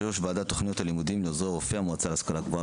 יו"ר ועדת תכנית הלימודים במועצה להשכלה גבוהה,